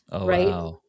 Right